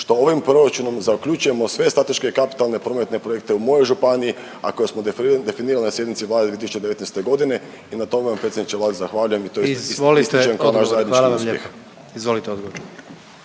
što ovim proračunom zaključujemo sve strateške kapitalne prometne projekte u mojoj županiji, a koje smo definirali na sjednici Vlade 2019. g. i na tome vam, predsjedniče Vlade, zahvaljujem i to ističem … .../Upadica: Izvolite odgovor.